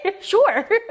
sure